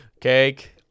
cake